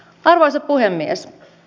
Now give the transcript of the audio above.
arvoisa puhemies